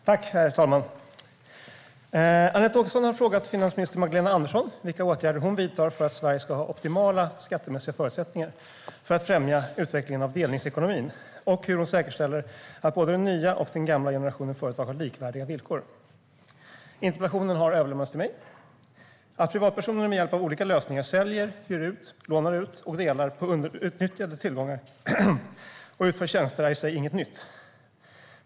Herr talman! Anette Åkesson har frågat finansminister Magdalena Andersson vilka åtgärder hon vidtar för att Sverige ska ha optimala skattemässiga förutsättningar för att främja utvecklingen av delningsekonomin och hur hon säkerställer att både den nya och den gamla generationen företag har likvärdiga villkor. Interpellationen har överlämnats till mig. Att privatpersoner med hjälp av olika lösningar säljer, hyr ut, lånar ut och delar på underutnyttjande tillgångar och utför tjänster är i sig inget nytt.